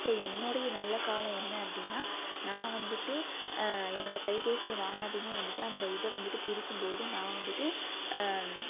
so என்னோடைய நல்ல காலம் என்ன அப்படின்னா நான் வந்துட்டு என்னோடய கைப்பேசியை வாங்கினதையுமே வந்துட்டு அந்த இதை வந்துட்டு பிரிக்கும் போது நான் வந்துட்டு